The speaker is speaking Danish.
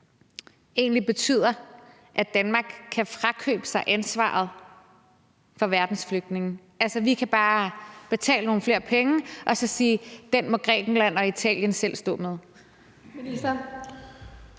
egentlig betyder, at Danmark kan frikøbe sig ansvaret for verdens flygtninge. Altså, vi kan bare betale nogle flere penge og så sige, at den må Grækenland og Italien selv stå med.